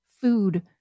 food